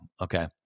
okay